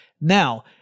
Now